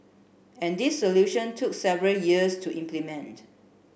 and this solution took several years to implement